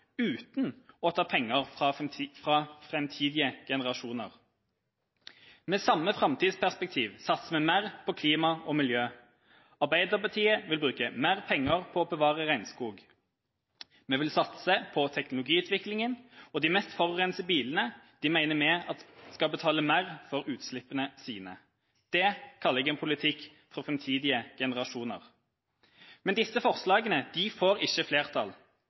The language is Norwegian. uten å ta penger fra framtidige generasjoner. Med samme framtidsperspektiv satser vi mer på klima og miljø. Arbeiderpartiet vil bruke mer penger på å bevare regnskog. Vi vil satse på teknologiutviklinga, og vi mener at de mest forurensende bilene skal betale mer for utslippene sine. Det kaller jeg en politikk for framtidige generasjoner. Men disse forslagene får ikke flertall.